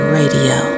radio